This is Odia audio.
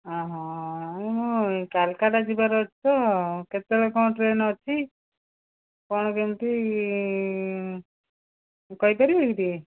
ହଁ ମୁଁ କୋଲକାତା ଯିବାର ଅଛି ତ କେତେବେଳେ କ'ଣ ଟ୍ରେନ୍ ଅଛି କ'ଣ କେମିତି କହିପାରିବେ କି ଟିକିଏ